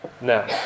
now